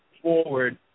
forward